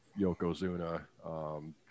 Yokozuna